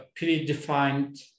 predefined